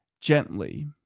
gently